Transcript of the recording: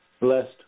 blessed